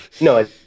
No